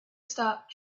stop